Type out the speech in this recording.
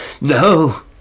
No